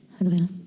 Adrien